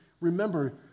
remember